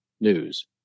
news